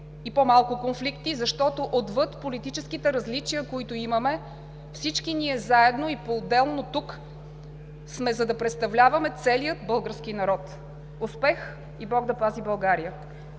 и по-малко конфликти, защото отвъд политическите различия, които имаме, всички ние заедно и поотделно тук сме, за да представляваме целия български народ. Успех, и Бог да пази България!